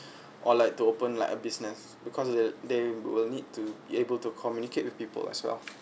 or like to open like a business because they they will need to be able to communicate with people as well